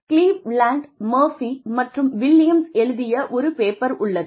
Cleveland Murphy மற்றும் Williams எழுதிய ஒரு பேப்பர் உள்ளது